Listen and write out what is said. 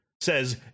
Says